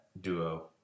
duo